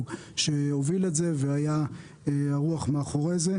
שהוביל את זה והיה הרוח מאחורי זה.